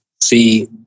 See